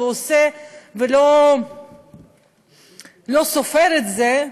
ועושה ולא סופר את זה,